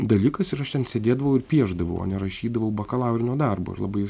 dalykas ir aš ten sėdėdavau ir piešdavau o nerašydavau bakalaurinio darbo ir labai